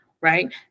right